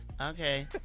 okay